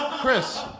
Chris